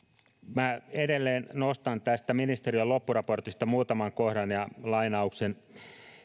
minä edelleen nostan tästä ministeriön loppuraportista muutaman kohdan ja lainauksen